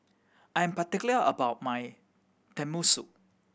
I am particular about my Tenmusu